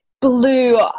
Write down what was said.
blue